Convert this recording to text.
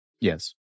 yes